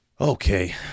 Okay